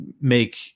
make